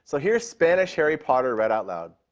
so here's spanish harry potter read out loud.